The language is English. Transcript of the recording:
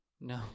No